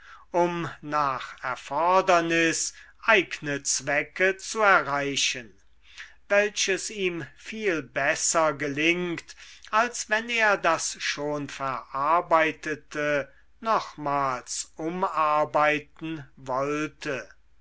um nach erfordernis eigne zwecke zu erreichen welches ihm viel besser gelingt als wenn er das schon verarbeitete nochmals umarbeiten wollte